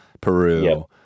Peru